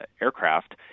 aircraft